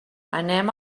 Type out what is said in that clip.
anem